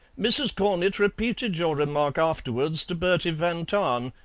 mrs. cornett repeated your remark afterwards to bertie van tahn,